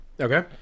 Okay